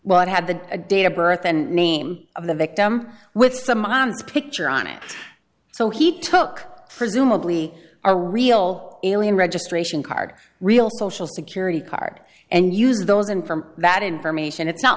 but had the data birth and name of the victim with the mom's picture on it so he took presumably a real alien registration card real social security card and use those and from that information it's not